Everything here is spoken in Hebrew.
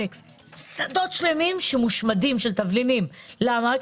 שדות שלמים של תבלינים מושמדים, למה?